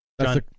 john